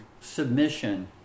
submission